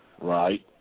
Right